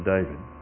David